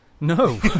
No